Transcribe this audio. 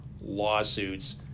lawsuits